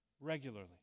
regularly